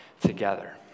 together